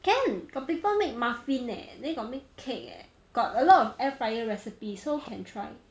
can got people make muffin leh then got make cake eh got a lot of air fryer recipe so can try